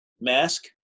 mask